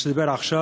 מה שהוא אמר עכשיו,